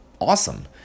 awesome